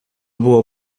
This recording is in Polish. było